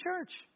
church